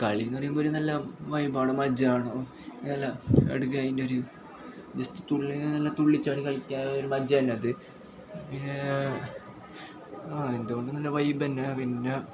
കളിയെന്നു പറയുമ്പോൾ ഒരു നല്ല വൈബ്ബാണ് മജയാണ് നല്ല ഇടകതിൻടൊരു ജസ്റ്റ് തുള്ളീ നല്ല തുള്ളിച്ചാടി കളിക്കാനൊരു മജ തന്നെയത് പിന്നെ ആ എന്തുകൊണ്ടു നല്ല വൈബ് തന്നെ പിന്നെ